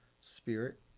spirit